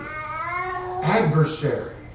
adversary